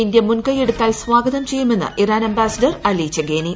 ഇന്തൃ മുൻകൈ എടുത്താൽ സ്വാഗതം ചെയ്യുമെന്ന് ഇറാൻ അംബാസിഡർ അലി ചെഗേനി